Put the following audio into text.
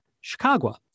Chicago